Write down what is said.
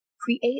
Create